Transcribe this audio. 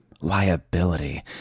Liability